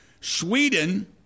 Sweden